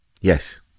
Yes